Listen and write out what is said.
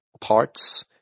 parts